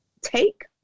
take